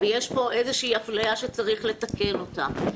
יש פה אפליה שצריך לתקן אותה.